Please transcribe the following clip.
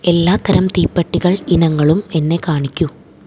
എല്ലാത്തരം തീപ്പെട്ടികൾ ഇനങ്ങളും എന്നെ കാണിക്കൂ